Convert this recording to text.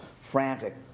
Frantic